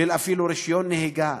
אפילו של רישיון נהיגה.